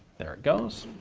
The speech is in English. there it goes.